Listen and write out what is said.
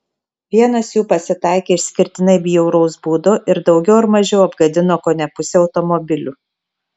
vienas jų pasitaikė išskirtinai bjauraus būdo ir daugiau ar mažiau apgadino kone pusę automobilių